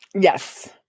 Yes